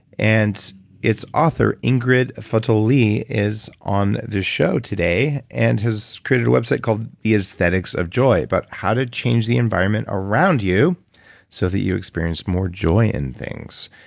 and its author, ingrid fetell lee, is on the show today and has created a website called, the aesthetics of joy. but how to change the environment around you so that you experience more joy and things.